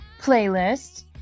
playlist